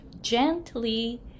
gently